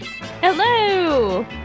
Hello